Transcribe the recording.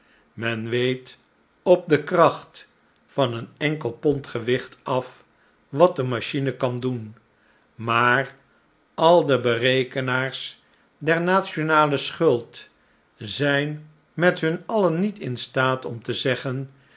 men weet op de kracht van een enkel pond gewicht af wat de machine kan doen maar aldeberekenaars der nationale schuld zijn met hun alien niet in staat om te zeggen